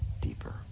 deeper